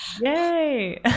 Yay